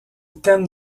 thème